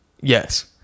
Yes